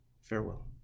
farewell